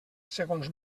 segons